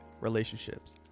relationships